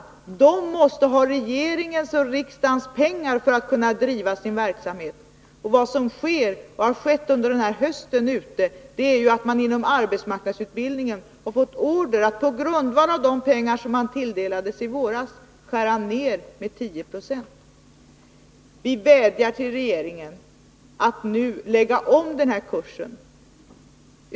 Arbetsmarknadsverket måste från regering och riksdag få pengar för att kunna driva sin verksamhet. Vad som sker och har skett under hösten är att man inom arbetsmarknadsutbildningen har fått order att på grundval av de pengar som man tilldelades i våras göra en nedskärning med 10 96. Vi vädjar till regeringen att nu lägga om den här kursen.